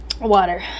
Water